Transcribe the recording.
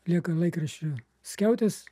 lieka laikraščių skiautės